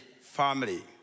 family